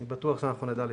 אני בטוח שאנחנו נדע להסתדר.